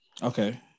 Okay